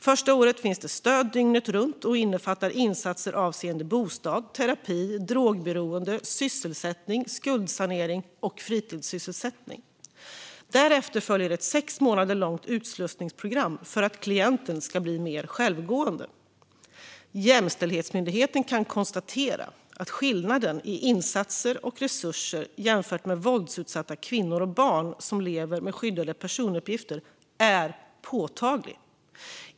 Första året finns stöd dygnet runt och innefattar insatser avseende bostad, terapi, drogberoende, sysselsättning, skuldsanering och fritidssysselsättning. Därefter följer ett sex månader långt utslussningsprogram för att klienten ska bli mer självgående. Jämställdhetsmyndigheten kan konstatera att skillnaden i insatser och resurser jämfört med våldsutsatta kvinnor och barn som lever med skyddade personuppgifter är påtaglig.